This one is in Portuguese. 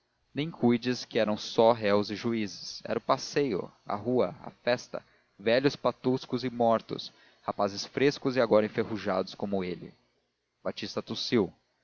nem cuides que eram só réus e juízes era o passeio a rua a festa velhos patuscos e mortos rapazes frescos e agora enferrujados como ele batista